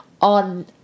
on